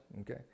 Okay